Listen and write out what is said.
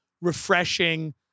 refreshing